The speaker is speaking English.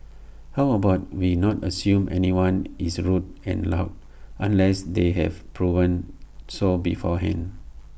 how about we not assume anyone is rude and loud unless they have proven so beforehand